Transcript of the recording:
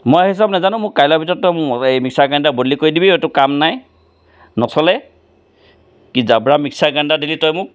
মই সেইচব নেজানো মোক কাইলৈ ভিতৰত তই মিক্সাৰ গ্ৰাইণ্ডাৰ বদলি কৰি দিবি এইটো কাম নাই নচলে কি জাব্ৰা মিক্সাৰ গ্ৰাইণ্ডাৰ দিলি তই মোক